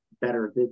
better